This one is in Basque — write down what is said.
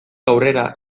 aurrera